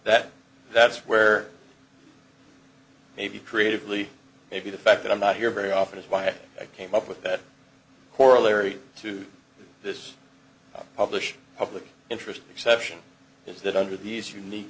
that that's where maybe creatively maybe the fact that i'm not here very often is why i came up with that corollary to this published public interest exception is that under these unique